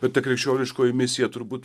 bet ta krikščioniškoji misija turbūt